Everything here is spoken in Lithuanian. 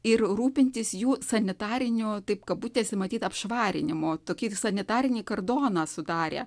ir rūpintis jų sanitariniu taip kabutėse matyt apšvarinimu tokiais sanitarinį kordoną sudarė